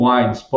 Wines